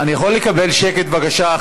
אני יכול לקבל שקט, בבקשה?